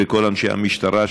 וכל אנשי המשטרה,